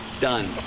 Done